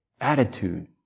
Attitude